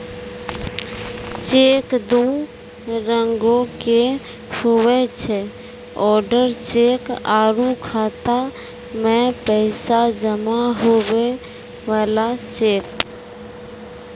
cheque दू रंगोके हुवै छै ओडर चेक आरु खाता मे पैसा जमा हुवै बला चेक